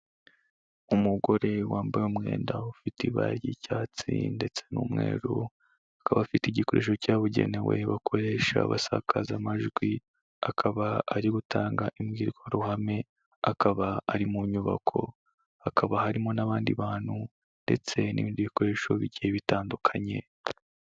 Umugore wambaye umwenda ufite ibara ry'icyatsi ndetse n'umweru, akaba afite igikoresho cyabugenewe bakoresha basakaza amajwi, akaba ari gutanga imbwirwaruhame, akaba ari mu nyubako, hakaba harimo n'abandi bantu ndetse n'ibindi bikoresho bigiye bitandukanye.